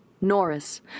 Norris